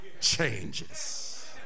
changes